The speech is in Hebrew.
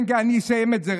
כן, כן, אני רק אסיים את זה.